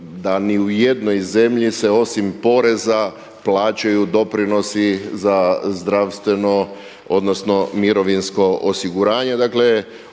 da ni u jednoj zemlji se osim poreza plaćaju doprinosi za zdravstveno odnosno mirovinsko osiguranje.